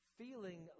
feeling